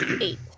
Eight